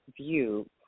view